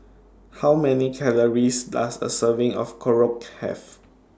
How Many Calories Does A Serving of Korokke Have